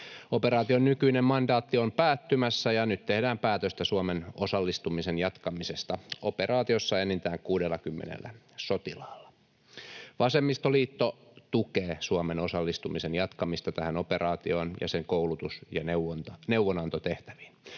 Operaation nykyinen mandaatti on päättymässä, ja nyt tehdään päätöstä Suomen osallistumisen jatkamisesta operaatiossa enintään 60 sotilaalla. Vasemmistoliitto tukee Suomen osallistumisen jatkamista tähän operaatioon ja sen koulutus- ja neuvonantotehtäviin.